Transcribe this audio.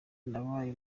nabaye